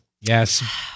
yes